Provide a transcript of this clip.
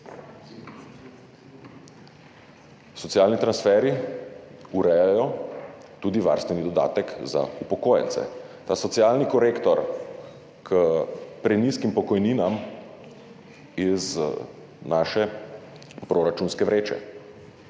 Socialni transferji urejajo tudi varstveni dodatek za upokojence, to je socialni korektor k prenizkim pokojninam iz naše proračunske vreče.